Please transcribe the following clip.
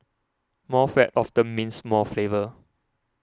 more fat often means more flavour